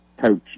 coach